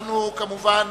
אנחנו כמובן